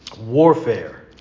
warfare